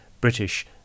British